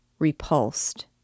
repulsed